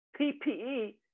ppe